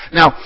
Now